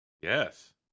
Yes